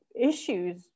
issues